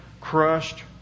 crushed